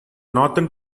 northern